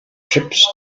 trips